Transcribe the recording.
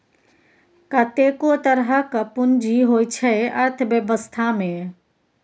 कतेको तरहक पुंजी होइ छै अर्थबेबस्था मे